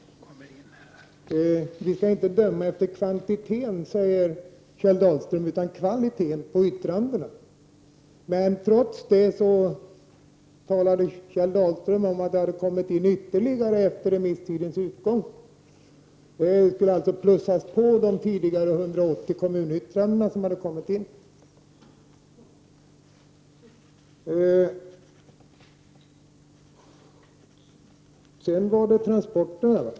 Vi skall inte döma efter kvantiteten, säger Kjell Dahlström, utan efter kvaliteten på yttrandena. Men trots det talade Kjell Dahlström om att det hade kommit in ytterligare ett antal yttranden efter remisstidens utgång som alltså skulle läggas till de 180 svar som kommit in från kommuner. Sedan var det transporterna.